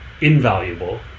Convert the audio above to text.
invaluable